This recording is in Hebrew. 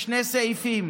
בשני סעיפים: